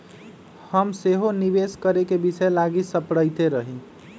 हम सेहो निवेश करेके विषय लागी सपड़इते रही